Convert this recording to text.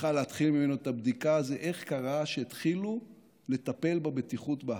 צריכה להתחיל ממנו את הבדיקה זה איך קרה שהתחילו לטפל בבטיחות בהר,